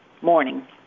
Morning